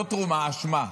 לא תרומה, אשמה.